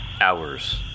Hours